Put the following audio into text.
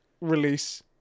release